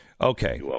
Okay